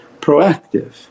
proactive